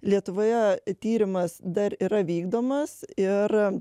lietuvoje tyrimas dar yra vykdomas ir